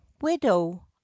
widow